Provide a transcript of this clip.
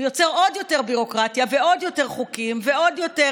הוא יוצר עוד יותר ביורוקרטיה ועוד יותר חוקים ועוד יותר